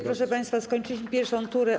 Proszę państwa, skończyliśmy pierwszą turę.